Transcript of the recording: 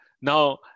Now